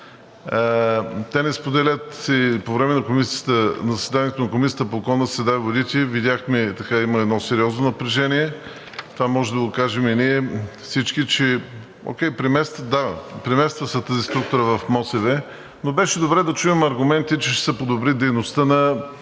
те не споделят – и по време на заседанието на Комисията по околната среда и водите видяхме, че има едно сериозно напрежение, това може да го кажем и ние всички. Да, премества се тази структура в МОСВ, но беше добре да чуем аргументи, че ще се подобри дейността на